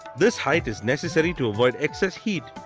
this height is necessary to avoid excess heat,